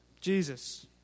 Jesus